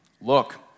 Look